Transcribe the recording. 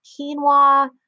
quinoa